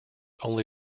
only